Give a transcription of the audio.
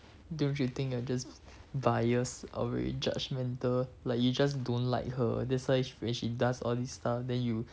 don't you think you're just bias or very judgemental like you just don't like her that's why when she does all these stuff then you